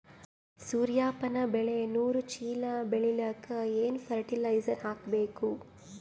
ಸೂರ್ಯಪಾನ ಬೆಳಿ ನೂರು ಚೀಳ ಬೆಳೆಲಿಕ ಏನ ಫರಟಿಲೈಜರ ಹಾಕಬೇಕು?